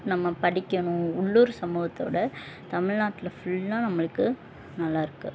நம்ம படிக்கணும் உள்ளூர் சமூகத்தோடய தமிழ்நாட்ல ஃபுல்லாக நம்மளுக்கு நல்லா இருக்குது